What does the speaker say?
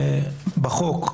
לפי החוק,